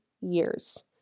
years